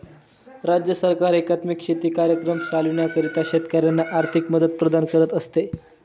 राज्य सरकार एकात्मिक शेती कार्यक्रम चालविण्याकरिता शेतकऱ्यांना आर्थिक मदत प्रदान करत असते